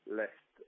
left